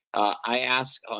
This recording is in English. i ask,